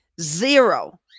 Zero